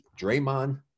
Draymond